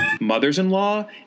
Mothers-in-law